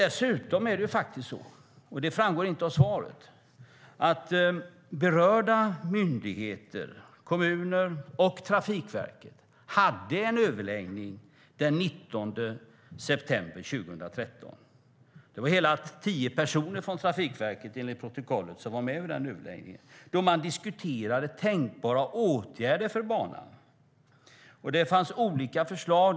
Dessutom är det så - det framgår inte av svaret - att berörda myndigheter, kommuner och Trafikverket, hade en överläggning den 19 september 2013. Enligt protokollet var hela tio personer från Trafikverket med vid den överläggningen, då man diskuterade tänkbara åtgärder för banan. Det fanns olika förslag.